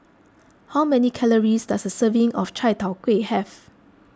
how many calories does a serving of Chai Tow Kuay have